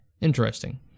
Interesting